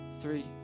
Three